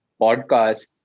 podcasts